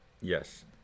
Yes